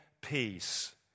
peace